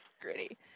gritty